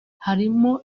harimo